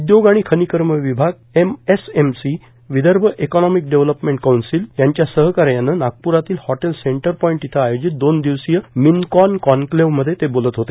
उद्योग आणि खनिकर्म विभाग MSMC Vidarbha economic development council वेदद्व यांच्या सहकार्यान नागप्रातील हॉटेल सेंटर पॉईट इथ आयोजित दोन दिवसीय मिनकॉन कॉनक्लेव्हमध्ये ते बोलत होते